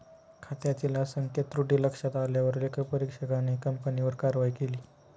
खात्यातील असंख्य त्रुटी लक्षात आल्यावर लेखापरीक्षकाने कंपनीवर कारवाई केली